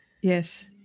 Yes